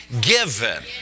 given